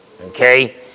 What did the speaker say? Okay